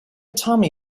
tommy